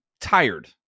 tired